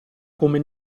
come